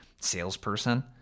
salesperson